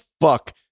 fuck